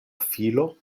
filo